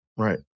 Right